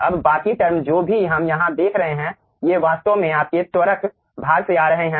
अब बाकी टर्म जो भी हम यहाँ देख रहे हैं ये वास्तव में आपके त्वरक भाग से आ रही हैं